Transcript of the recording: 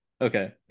okay